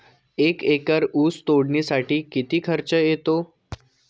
एक एकर ऊस तोडणीसाठी किती खर्च येतो?